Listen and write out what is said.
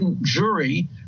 jury